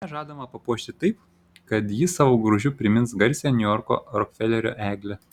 ją žadama papuošti taip kad ji savo grožiu primins garsiąją niujorko rokfelerio eglę